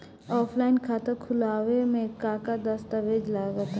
Offline खाता खुलावे म का का दस्तावेज लगा ता?